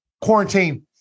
quarantine